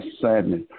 sadness